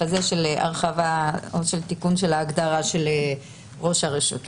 הזה של הרחבה או של תיקון של ההגדרה של "ראש הרשות".